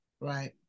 Right